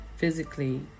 Physically